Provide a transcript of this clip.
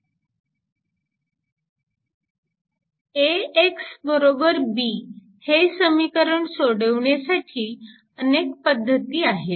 AXB हे समीकरण सोडवण्यासाठी अनेक पद्धती आहेत